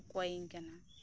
ᱠᱚᱭᱮᱧ ᱠᱟᱱᱟ